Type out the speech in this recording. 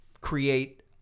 create